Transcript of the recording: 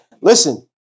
Listen